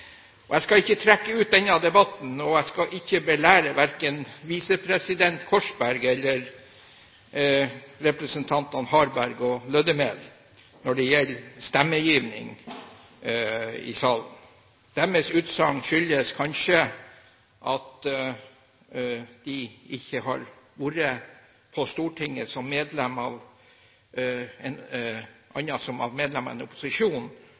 nok. Jeg skal ikke trekke ut denne debatten, og jeg skal ikke belære verken visepresident Korsberg eller representantene Harberg og Lødemel når det gjelder stemmegivning i salen. Deres utsagn skyldes kanskje at de ikke har vært på Stortinget annet enn som medlem av en opposisjon,